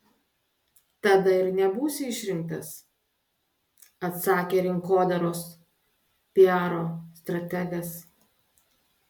tada ir nebūsi išrinktas atsakė rinkodaros piaro strategas